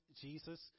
Jesus